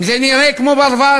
אם זה נראה כמו ברווז,